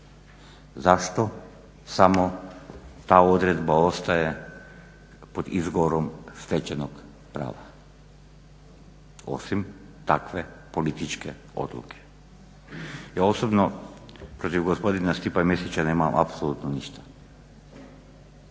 zašto samo ta odredba ostaje pod izgovorom stečenom prava, osim takve političke odluke. Ja osobno protiv gospodina Stipe Mesića nemam apsolutno ništa,